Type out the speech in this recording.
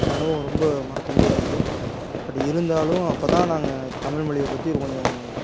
அந்த அனுபவம் ரொம்ப மறக்க முடியாதது பட் இருந்தாலும் அப்போ தான் நாங்கள் தமிழ் மொழியை பற்றி கொஞ்சம்